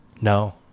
No